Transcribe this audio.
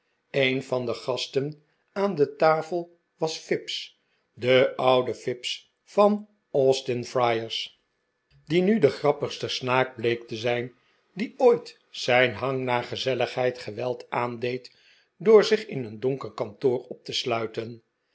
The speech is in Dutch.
een van de gasten aan de tafel was fips de oude fips van austin friars die nu de grappigste snaak bleek te zijn die ooit zijn hang naar gezelligheid geweld aandeed door zich in een donker kantoor op te sluiten